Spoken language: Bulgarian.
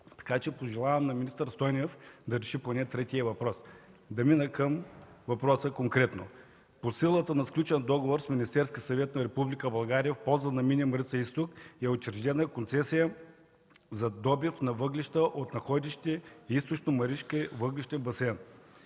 изток”. Пожелавам на министър Стойнев да реши поне третия въпрос. Да мина конкретно към въпроса – по силата на сключен договор с Министерския съвет на Република България, в полза на „Мини Марица изток”, е учредена концесия за добив на въглища от находище „Източно-маришки въглищен басейн”.